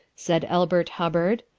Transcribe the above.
said elbert hubbard.